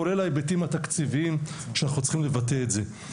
כולל ההיבטים התקציביים שאנחנו צריכים לבטא את זה.